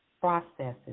processes